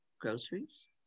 groceries